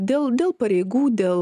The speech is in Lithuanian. dėl dėl pareigų dėl